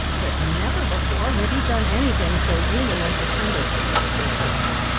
but never before had he done anything so human as to send a taxi for her.